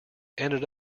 ended